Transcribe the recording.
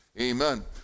amen